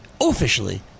officially